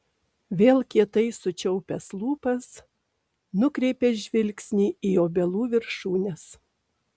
vėl kietai sučiaupęs lūpas nukreipia žvilgsnį į obelų viršūnes